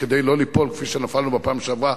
כדי לא ליפול כפי שנפלנו בפעם שעברה,